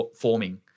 forming